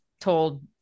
told